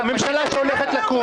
-- זו הממשלה שהולכת לקום.